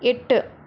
எட்டு